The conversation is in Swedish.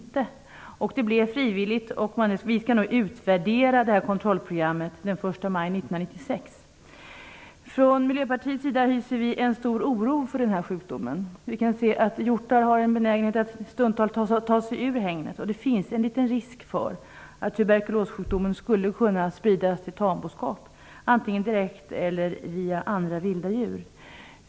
Resultatet blev att det är frivilligt, och vi skall nu utvärdera kontrollprogrammet den 1 maj 1996. Från Miljöpartiet de grönas sida hyser vi en stor oro för denna sjukdom. Man kan se att hjortar har en benägenhet att stundtals ta sig ur hägnet, och det finns en liten risk för att turbekulossjukdomen skulle kunna spridas till tamboskap, antingen direkt eller via andra vilda djur.